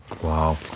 Wow